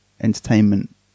entertainment